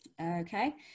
Okay